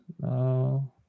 No